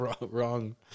Wrong